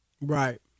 Right